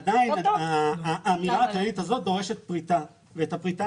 עדיין האמירה הכללית הזאת דורשת פריטה ואת הפריטה